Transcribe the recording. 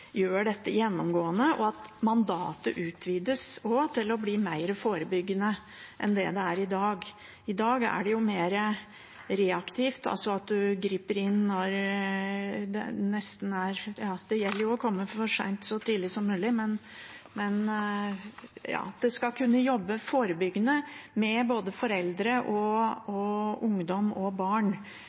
gjør dette gjennomgående, og at mandatet også utvides til å bli mer forebyggende enn det det er i dag. I dag er det jo mer reaktivt, altså at en griper inn når det nesten er for sent – ja, det gjelder å komme for sent så tidlig som mulig. Det skal kunne jobbes forebyggende med både foreldre og ungdom og barn